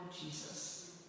Jesus